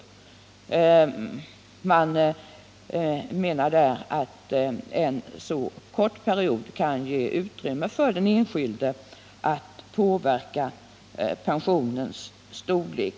Reservanterna menar att en så kort period gör det möjligt för den enskilde att påverka pensionens storlek.